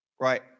Right